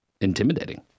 intimidating